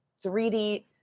3d